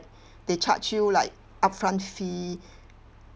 they charge you like upfront fee